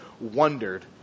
wondered